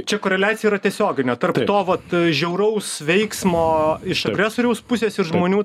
čia koreliacija yra tiesioginė tarp to vat žiauraus veiksmo iš agresoriaus pusės ir žmonių